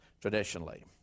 traditionally